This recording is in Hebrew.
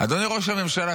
אדוני ראש הממשלה,